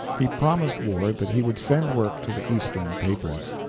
he promised ward that he would send work to the eastern papers.